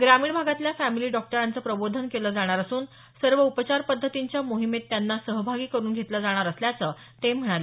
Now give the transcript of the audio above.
ग्रामीण भागातल्या फॅमिली डॉक्टरांचं प्रबोधन केलं जाणार असून सर्व उपचार पद्धतींच्या मोहिमेत त्यांना सहभागी करून घेतलं जाणार असल्याचं ते म्हणाले